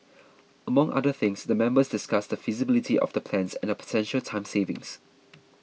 among other things the members discussed the feasibility of the plans and the potential time savings